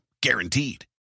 guaranteed